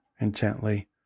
intently